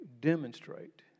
demonstrate